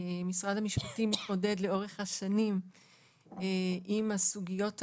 משרד המשפטים מתמודד לאורך השנים עם הסוגיות האלה,